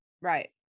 Right